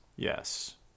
Yes